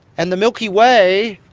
and the milky way,